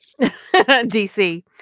DC